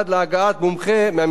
כעת, יעברו